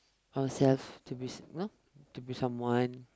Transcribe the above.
ourselves to be you know to be someone